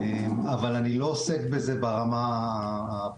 אבל אני לא עוסק בזה ברמה הפרטנית,